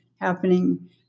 happening